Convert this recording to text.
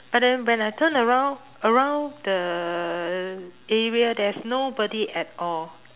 but then when I turn around around the area there's nobody at all